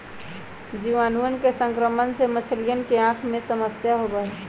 जीवाणुअन के संक्रमण से मछलियन के आँख में समस्या होबा हई